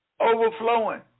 overflowing